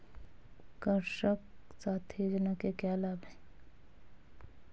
कृषक साथी योजना के क्या लाभ हैं?